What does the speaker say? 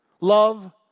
love